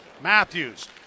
Matthews